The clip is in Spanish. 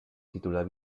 titular